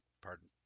Pardon